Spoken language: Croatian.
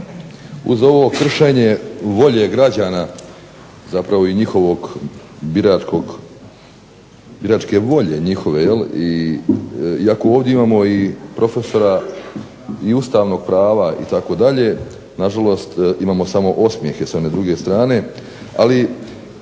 uz ovo kršenje volje građana i njihovog biračke volje njihove i ako ovdje imamo profesora i ustavnog prava itd. nažalost imamo samo osmijehe sa one druge strane. Ali